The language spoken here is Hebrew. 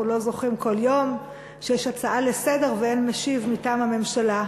אנחנו לא זוכים כל יום שיש הצעה לסדר-היום ואין משיב מטעם הממשלה,